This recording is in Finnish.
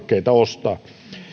elintarvikkeita ostaa